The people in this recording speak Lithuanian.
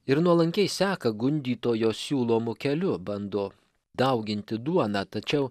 ir nuolankiai seka gundytojo siūlomu keliu bando dauginti duoną tačiau